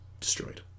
destroyed